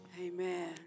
Amen